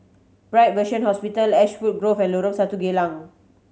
Bright Vision Hospital Ashwood Grove and Lorong Geylang